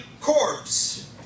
corpse